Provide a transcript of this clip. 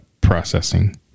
processing